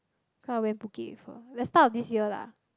cause I went to Phuket with her the start of this year lah